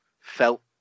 felt